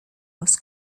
was